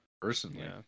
Personally